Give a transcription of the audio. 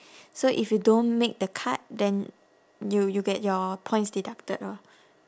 so if you don't make the cute then you you get your points deducted lor